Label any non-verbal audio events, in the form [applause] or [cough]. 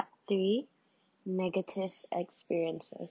three [breath] negative experiences